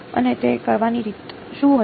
અને તે કરવાની રીત શું હશે